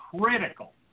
critical